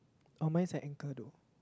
oh mine is a anchor though